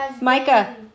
Micah